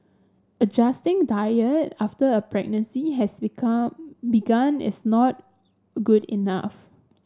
adjusting diet after a pregnancy has become begun is not good enough